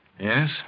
Yes